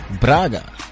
Braga